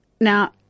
Now